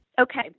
Okay